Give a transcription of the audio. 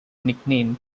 nicknamed